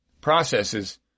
processes –